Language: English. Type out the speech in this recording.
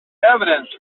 evidence